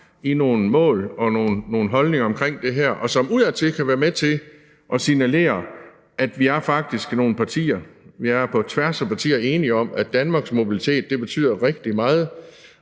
til nogle mål og nogle holdninger omkring det her, og som også udadtil kan være med til at signalere, at vi faktisk på tværs af partier er enige om, at Danmarks mobilitet betyder rigtig meget,